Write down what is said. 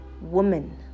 Woman